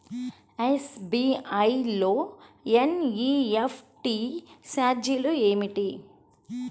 SBI లో NEFT ఛార్జీలు ఏమిటి?